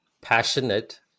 passionate